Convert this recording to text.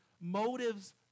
motives